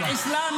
-- חיו זו לצד זו.